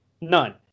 None